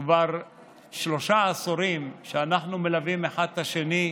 כבר שלושה עשורים אנחנו מלווים אחד את השני,